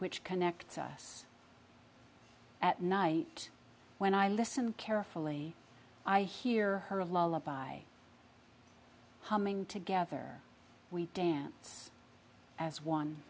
which connects us at night when i listen carefully i hear her lola by humming together we dance as one